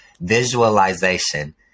visualization